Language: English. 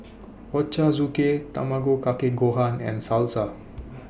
Ochazuke Tamago Kake Gohan and Salsa